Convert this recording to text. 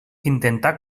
intentar